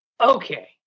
Okay